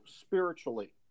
spiritually